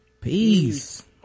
Peace